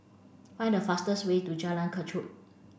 find the fastest way to Jalan Kechot